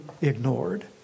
ignored